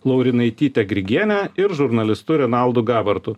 laurinaitytė grigienė ir žurnalistu renaldu gabartu